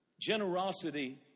Generosity